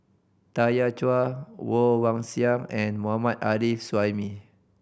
Tanya Chua Woon Wah Siang and Mohammad Arif Suhaimi